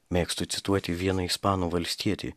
mėgstu cituoti vieną ispanų valstietį